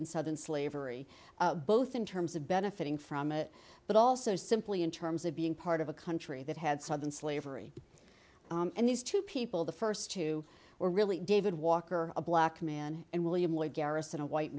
in southern slavery both in terms of benefiting from it but also simply in terms of being part of a country that had southern slavery and these two people the first two or really david walker a black man and william lloyd garrison a white